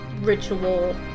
ritual